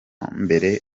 mbere